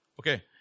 Okay